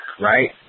right